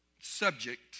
subject